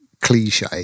cliche